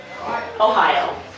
Ohio